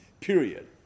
period